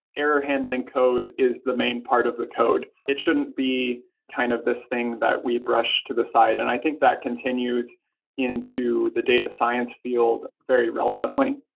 error handling code is the main part of the code. it shouldn't be kind of this thing that we brush to the side. and i think that continues into the data science field very relevantly